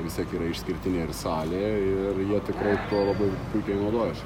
vis tiek yra išskirtinė ir salė ir jie tikrai tuo labai puikiai naudojasi